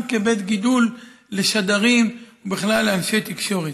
כבית גידול לשדרים ובכלל לאנשי תקשורת.